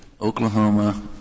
Oklahoma